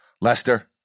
lester